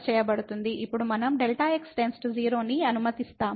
ఇప్పుడు మనం Δx → 0 ని అనుమతిస్తాము